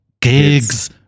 gigs